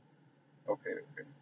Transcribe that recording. okay okay